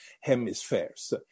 hemispheres